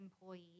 employees